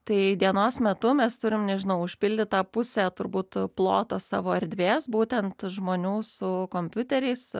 tai dienos metu mes turim nežinau užpildytą pusę turbūt ploto savo erdvės būtent žmonių su kompiuteriais